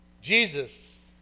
Jesus